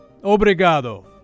Obrigado